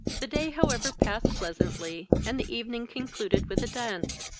the day however passed pleasantly, and the evening concluded with a dance,